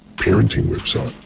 parenting website.